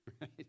Right